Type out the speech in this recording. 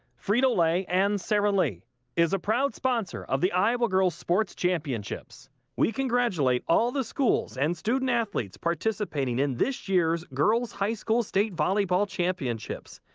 frito-lay and sara lee is a proud sponsor of the iowa girls sports championships we congratulate all the schools and student athletes participating in this year's girls high school state volley bale championships.